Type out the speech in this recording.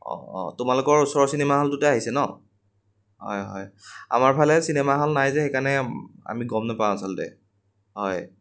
অঁ অঁ তোমালোকৰ ওচৰৰ চিনেমা হলটোতে আহিছে ন হয় হয় আমাৰ ফালে চিনেমা হল নাই যে সেইকাৰণে আমি গম নেপাওঁ আচলতে হয়